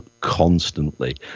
constantly